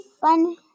Fun